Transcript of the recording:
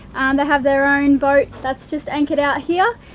they have their own boat that's just anchored out here,